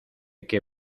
que